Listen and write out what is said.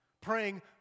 Praying